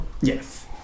Yes